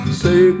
say